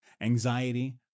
anxiety